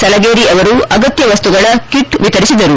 ಸಲಗೇರಿ ಅವರು ಅಗತ್ಯ ವಸ್ತುಗಳ ಕಿಟ್ ವಿತರಿಸಿದರು